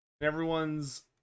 Everyone's